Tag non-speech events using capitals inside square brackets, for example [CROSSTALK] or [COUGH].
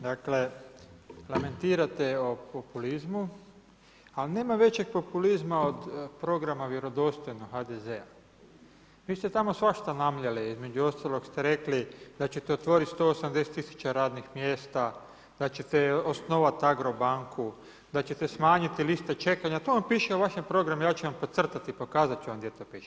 Dakle ... [UNINTELLIGIBLE] o populizmu, a nema većeg populizma od programa vjerodostojnog HDZ-a. vi ste tamo svašta namljeli, između ostalog ste rekli da ćete otvorit 180 000 radnih mjesta, da ćete osnovat agrobanku, da ćete smanjiti liste čekanja, to vam piše u vašem programu, ja ću vam podcrtati i pokazat ću vam gdje to piše.